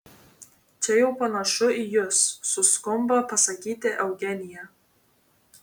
čia jau panašu į jus suskumba pasakyti eugenija